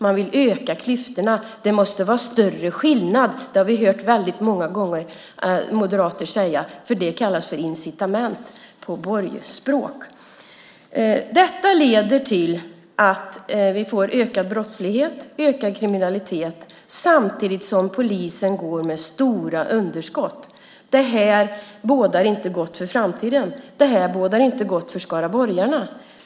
De vill öka klyftorna. Det måste vara större skillnad. Det har vi hört moderater säga väldigt många gånger. Det kallas för incitament på borgerligt språk. Detta leder till att vi får ökad brottslighet och ökad kriminalitet samtidigt som polisen går med stora underskott. Detta bådar inte gott för framtiden. Detta bådar inte gott för skaraborgarna.